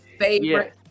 favorite